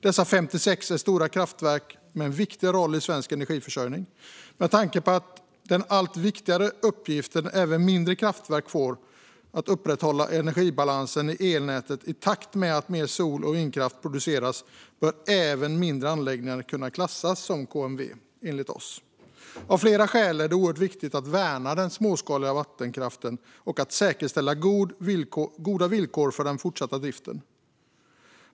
Dessa 56 stora kraftverk har en viktig roll i svensk energiförsörjning. Med tanke på den allt viktigare uppgift även mindre kraftverk får att upprätthålla energibalansen i elnätet i takt med att mer sol och vindkraft produceras bör även mindre anläggningar kunna klassas som KMV. Av flera skäl är det viktigt att värna den småskaliga vattenkraften och att säkerställa goda villkor för den fortsatta driften.